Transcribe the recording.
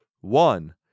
One